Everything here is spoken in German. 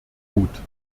gut